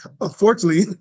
unfortunately